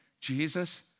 Jesus